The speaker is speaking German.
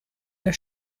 der